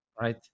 right